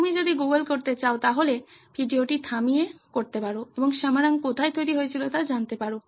তুমি যদি গুগল করতে চাও তাহলে ভিডিওটি থামিয়ে করতে পারো এবং সামারাং কোথায় তৈরি হয়েছিল তা জানতে পারো